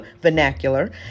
vernacular